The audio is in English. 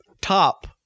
top